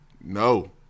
No